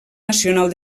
nacional